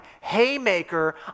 haymaker